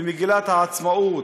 במגילת העצמאות.